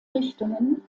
richtungen